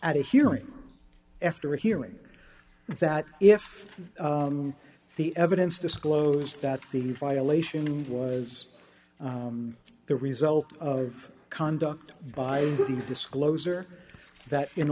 at a hearing after hearing that if the evidence disclosed that the violation was the result of conduct by the disclosure that in